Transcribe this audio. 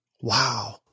Wow